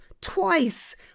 twice